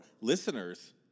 Listeners